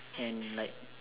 and like